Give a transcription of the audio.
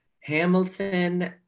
Hamilton